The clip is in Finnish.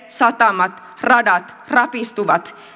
satamat radat rapistuvat